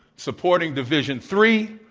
supporting division three,